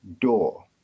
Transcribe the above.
door